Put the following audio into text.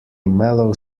mellow